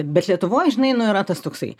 bet lietuvoj žinai nu yra tas toksai